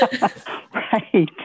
Right